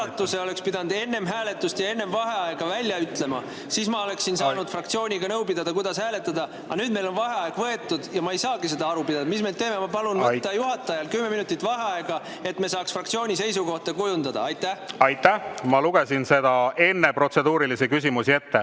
Aitäh! Ma lugesin selle enne protseduurilisi küsimusi ette,